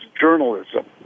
journalism